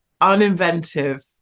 uninventive